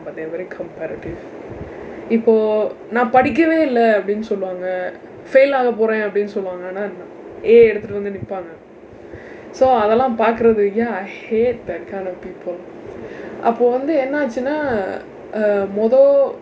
but they are very competitive இப்போ நான் படிக்கவே இல்லை அப்படின்னு சொல்லுவாங்க:ippoo naan padikkavee illai appadinnu solluvaangka fail ஆக போறேன் அப்படின்னு சொல்லுவாங்க ஆனா:aaka pooreen appadinnu solluvaangka aanaa A எடுத்துட்டு வந்து நிற்பாங்க:eduththutdu vandthu nirpaanga so அதெல்லாம் பார்க்கிறது:athellaam paarkirathu ya I hate that kind of people அப்போ வந்து என்ன ஆச்சுன்னா:appo vanthu enna achunnaa err முதோ:mutho